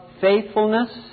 faithfulness